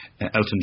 Elton